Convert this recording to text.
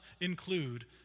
include